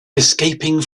escaping